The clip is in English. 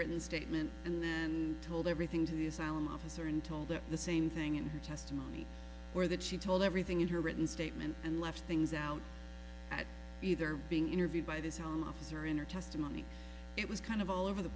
written statement and then told everything to the asylum officer and told her the same thing in her testimony or that she told everything in her written statement and left things out at either being interviewed by this home office or in her testimony it was kind of all over the